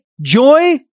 joy